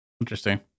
Interesting